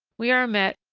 we are met,